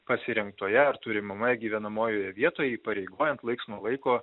pasirinktoje ar turimamoje gyvenamojoje vietoj įpareigojant laiks nuo laiko